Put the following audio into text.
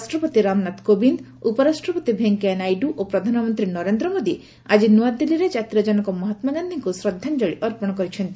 ରାଷ୍ଟ୍ରପତି ରାମନାଥ କୋବିନ୍ଦ ଉପରାଷ୍ଟ୍ରପତି ଭେଙ୍କୟା ନାଇଡୁ ଓ ପ୍ରଧାନମନ୍ତ୍ରୀ ନରେନ୍ଦ୍ର ମୋଦୀ ଆକି ନୂଆଦିଲ୍ଲୀରେ କାତିର କନକ ମହାତ୍କା ଗାନ୍ଧିଙ୍କୁ ଶ୍ରଦ୍ଧାଞ୍ଜଳୀ ଅର୍ପଣ କରିଛନ୍ତି